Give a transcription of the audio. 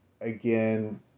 again